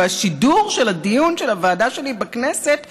והשידור של הדיון של הוועדה שלי בכנסת הופסק,